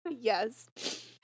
Yes